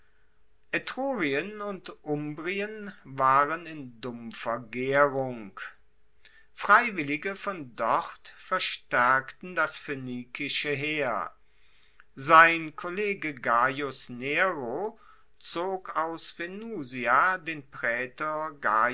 etrurien und umbrien waren in dumpfer gaerung freiwillige von dort verstaerkten das phoenikische heer sein kollege gaius nero zog aus venusia den praetor